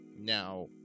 Now